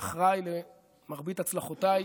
ואחראי למרבית הצלחותיי.